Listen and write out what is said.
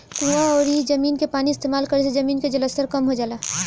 कुवां अउरी जमीन के पानी इस्तेमाल करे से जमीन के जलस्तर कम हो जाला